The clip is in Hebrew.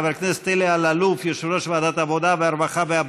שוב, אין